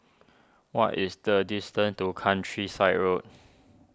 what is the distance to Countryside Road